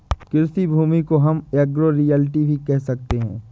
कृषि भूमि को हम एग्रो रियल्टी भी कह सकते है